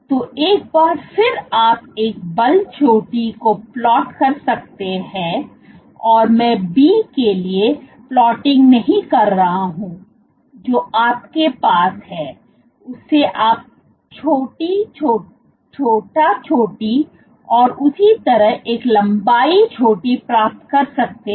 तो एक बार फिर आप एक बल छोटी को प्लॉट कर सकते हैंऔर मैं B के लिए प्लॉटिंग नहीं कर रहा हूं जो आपके पास है उससे आप छोटा चोटी और उसी तरह एक लंबाई चोटी प्राप्त कर सकते हैं